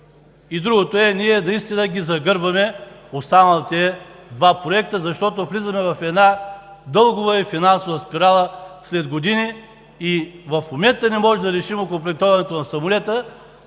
Другото е, че ние наистина загърбваме останалите два проекта, защото влизаме в една дългова и финансова спирала след години. В момента не можем да решим окомплектоването на самолета,